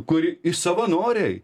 kuri ir savanoriai